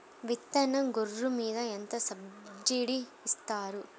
విత్తనం గొర్రు మీద ఎంత సబ్సిడీ ఇస్తారు?